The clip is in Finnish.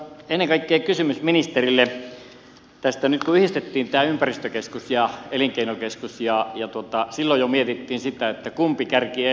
mutta ennen kaikkea kysymys ministerille kun yhdistettiin tämä ympäristökeskus ja elinkeinokeskus ja silloin jo mietittiin sitä kumpi kärki edellä mennään